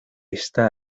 está